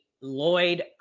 Lloyd